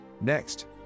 Next